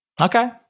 Okay